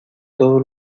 todo